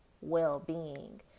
well-being